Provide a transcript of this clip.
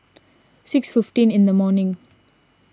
six fifteen in the morning